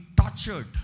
tortured